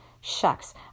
Shucks